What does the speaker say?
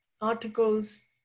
articles